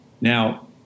Now